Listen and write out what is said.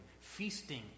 feasting